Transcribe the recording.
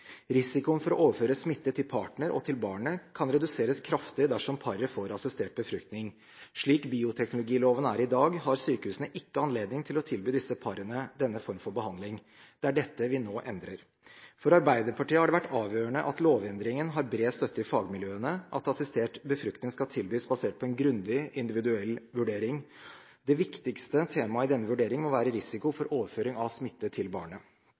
Risikoen for å overføre smitte til partneren og til barnet kan reduseres kraftig dersom paret får assistert befruktning. Slik bioteknologiloven er i dag, har sykehusene ikke anledning til å tilby disse parene denne form for behandling. Det er dette vi nå endrer. For Arbeiderpartiet har det vært avgjørende at lovendringen har bred støtte i fagmiljøene, at assistert befruktning skal tilbys basert på en grundig individuell vurdering, og det viktigste temaet i vurderingen må være risikoen for overføring av smitte til barnet.